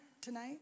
tonight